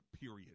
period